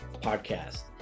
podcast